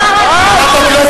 אתה הזוי.